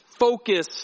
focus